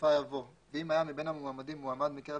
בסופה יבוא "ואם היה מבין המועמדים מועמד מקרב